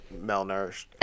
malnourished